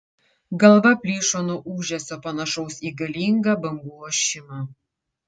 galva plyšo nuo ūžesio panašaus į galingą bangų ošimą